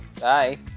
Bye